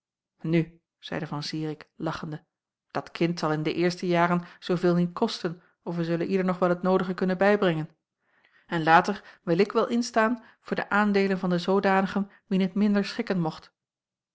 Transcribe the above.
nu zeide van zirik lachende dat kind zal in de eerste jaren zooveel niet kosten of wij zullen ieder nog wel het noodige kunnen bijbrengen en later wil ik wel instaan voor de aandeelen van de zoodanigen wien t minder schikken mocht